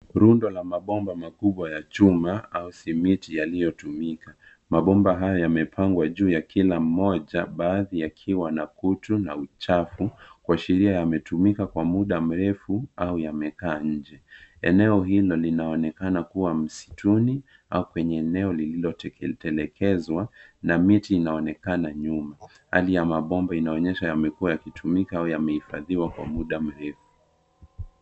Rundo la mabomba makubwa ya chuma au simiti yaliyotumika. Mabomba hayo yamepangwa juu ya kila mmoja, baadhi yakiwa na kutu na uchafu kuashiria yametumika kwa muda mrefu au yamekaa nje. Eneo hilo linaonekana kuwa msituni au kwenye eneo lililotendekezwa na miti inaonekana nyuma. Hali ya mabomba inaonyesha yamekuwa yakitumika au yamehifadhiwa kwa muda mrefu.